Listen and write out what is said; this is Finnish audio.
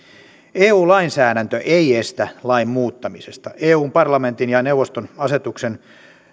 eu lainsäädäntö ei estä lain muuttamista eun parlamentin ja ja neuvoston asetuksen